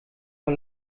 vor